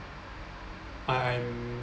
I'm